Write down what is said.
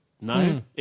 No